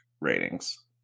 ratings